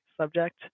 subject